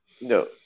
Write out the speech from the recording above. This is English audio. No